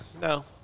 No